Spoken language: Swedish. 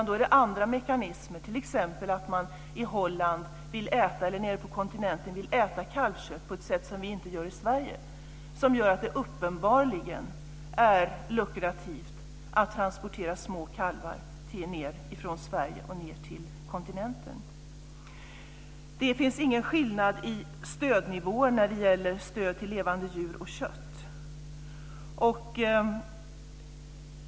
Då är det andra mekanismer, t.ex. att man i Holland, eller nere på kontinenten, vill äta kalvkött på ett sätt som vi inte gör i Sverige, som gör att det uppenbarligen är lukrativt att transportera små kalvar från Sverige ned till kontinenten. Det finns ingen skillnad i stödnivåer när det gäller stöd till levande djur och kött.